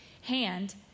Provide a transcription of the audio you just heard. hand